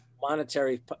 monetary